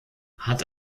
hat